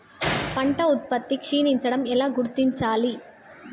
పంట ఉత్పత్తి క్షీణించడం ఎలా గుర్తించాలి?